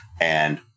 And-